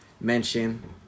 mention